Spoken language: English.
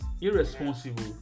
irresponsible